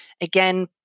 Again